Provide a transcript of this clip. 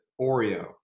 Oreo